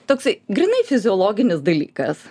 toksai grynai fiziologinis dalykas